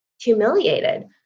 humiliated